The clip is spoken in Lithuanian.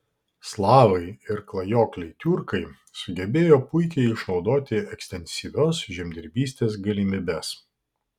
slavai ir klajokliai tiurkai sugebėjo puikiai išnaudoti ekstensyvios žemdirbystės galimybes